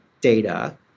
data